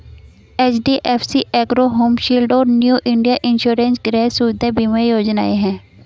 HDFC Ergo home shield और New India insurance गृह सुविधा बीमा योजनाएं हैं